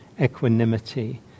equanimity